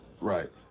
right